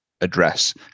address